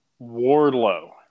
Wardlow